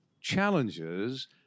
challenges